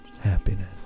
happiness